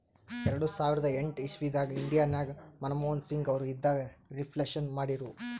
ಎರಡು ಸಾವಿರದ ಎಂಟ್ ಇಸವಿದಾಗ್ ಇಂಡಿಯಾ ನಾಗ್ ಮನಮೋಹನ್ ಸಿಂಗ್ ಅವರು ಇದ್ದಾಗ ರಿಫ್ಲೇಷನ್ ಮಾಡಿರು